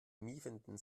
miefenden